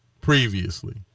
previously